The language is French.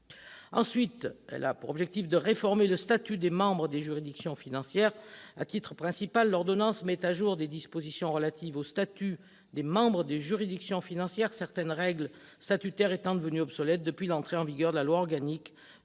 Le deuxième objectif est de réformer le statut des membres des juridictions financières. À titre principal, l'ordonnance met à jour des dispositions relatives au statut des membres des juridictions financières, certaines règles statutaires étant devenues obsolètes depuis l'entrée en vigueur de la loi organique